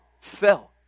fell